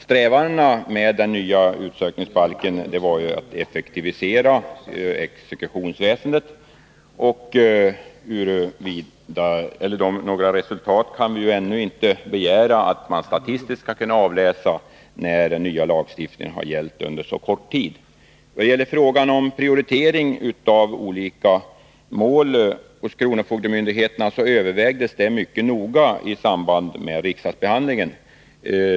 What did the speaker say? Syftet med den nya utsökningsbalken var att försöka effektivisera exekusionsväsendet. Några resultat kan man givetvis ännu inte statistiskt avläsa, eftersom den nya lagstiftningen har gällt under så kort tid. Frågan om prioritering av olika mål hos kronofogdemyndigheterna övervägdes mycket noga i samband med riksdagsbehandlingen.